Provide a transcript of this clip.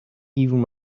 even